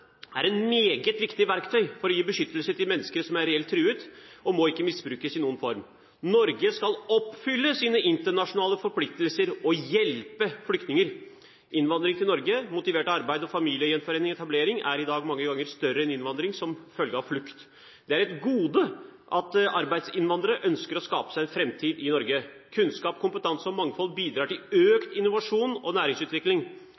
er et meget viktig verktøy for å gi beskyttelse til mennesker som er reelt truet, og må ikke misbrukes i noen form. Norge skal oppfylle sine internasjonale forpliktelser og hjelpe flyktninger.» Og videre: «Innvandringen til Norge motivert av arbeid og familiegjenforening/-etablering er i dag mange ganger større enn innvandringen som følge av flukt. Det er et gode at arbeidsinnvandrere ønsker å skape seg en fremtid i Norge. Kunnskap, kompetanse og mangfold bidrar til